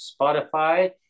Spotify